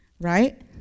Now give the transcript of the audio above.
right